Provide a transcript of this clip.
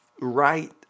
right